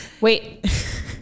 Wait